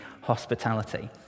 hospitality